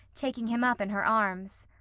taking him up in her arms.